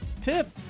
tip